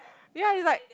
ya it's like